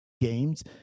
games